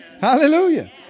Hallelujah